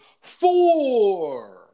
four